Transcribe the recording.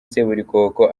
seburikoko